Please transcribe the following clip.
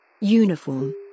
Uniform